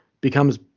becomes